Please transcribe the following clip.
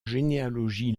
généalogie